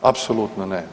Apsolutno ne.